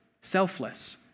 Selfless